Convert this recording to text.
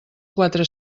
quatre